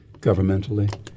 governmentally